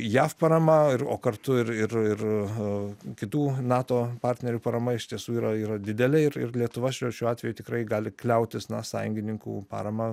jav parama ir o kartu ir ir ir kitų nato partnerių parama iš tiesų yra yra didelė ir lietuva šiuo atveju tikrai gali kliautis na sąjungininkų parama